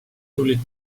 tulid